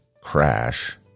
crash